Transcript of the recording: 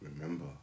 remember